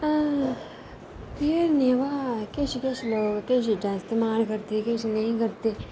आ नेवा किश किश लोक किश जैदा इस्तेमाल करदे किश नेईं करदे